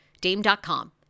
Dame.com